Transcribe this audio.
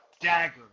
dagger